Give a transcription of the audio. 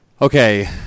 Okay